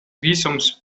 visums